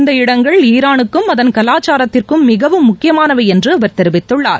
இந்த இடங்கள் ஈரானுக்கும் அதன் கலாச்சாரத்திற்கும் மிகவும் முக்கியமானவை என்று அவர் தெரிவித்துள்ளார்